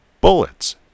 bullets